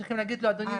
צריך להגיד לו: אדוני,